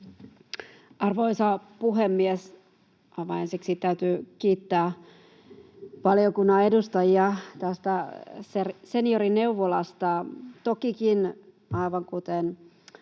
Arvoisa puhemies! Aivan ensiksi täytyy kiittää valiokunnan edustajia tästä seniorineuvolasta. Tokikin, aivan kuten